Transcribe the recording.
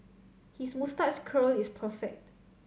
his moustache curl is perfect